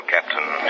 Captain